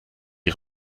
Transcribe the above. die